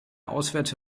auswärts